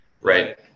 Right